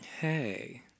Hey